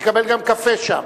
יקבל גם קפה שם.